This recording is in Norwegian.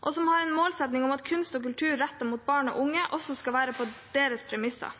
har en målsetting om at kunst og kultur rettet mot barn og unge også skal være på deres premisser.